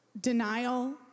denial